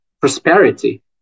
prosperity